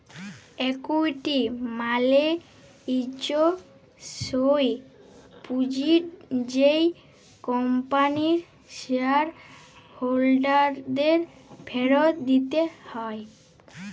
equity মালে হচ্যে স্যেই পুঁজিট যেট কম্পানির শেয়ার হোল্ডারদের ফিরত দিতে হ্যয়